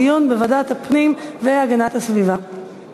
לוועדת הפנים והגנת הסביבה